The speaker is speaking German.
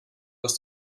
was